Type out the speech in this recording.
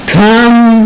come